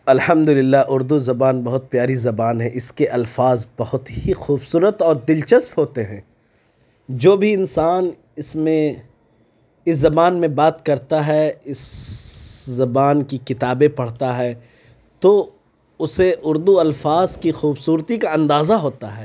الحمد اللہ اُردو زبان بہت پیاری زبان ہے اِس کے الفاظ بہت ہی خوبصورت اور دلچسپ ہوتے ہیں جو بھی انسان اِس میں اِس زبان میں بات کرتا ہے اِس زبان کی کتابیں پڑھتا ہے تو اُسے اُردو الفاظ کی خوبصورتی کا اندازہ ہوتا ہے